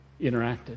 interacted